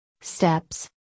Steps